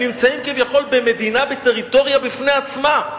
הם נמצאים כביכול במדינה, בטריטוריה, בפני עצמה.